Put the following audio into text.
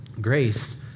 Grace